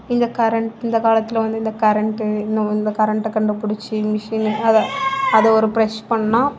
இந்த கரண்ட் இந்த காலத்தில் வந்து இந்த கரண்ட்டு இந்த கரண்ட்டை கண்டுப்பிடிச்சி மிஷின் அதை ஒரு பிரஷ் பண்ணா